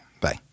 Bye